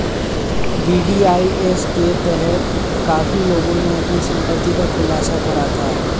VDIS के तहत काफी लोगों ने अपनी संपत्ति का खुलासा करा था